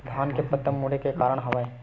धान के पत्ता मुड़े के का कारण हवय?